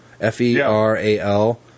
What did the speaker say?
F-E-R-A-L